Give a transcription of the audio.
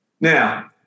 Now